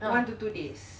one to two days